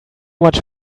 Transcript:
much